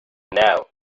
now